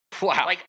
Wow